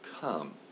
come